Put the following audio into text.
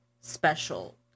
special